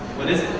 what is